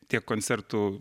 tiek koncertų